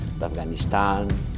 Afghanistan